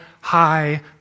high